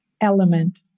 element